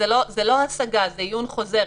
זו לא השגה זה עיון חוזר.